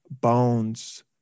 bones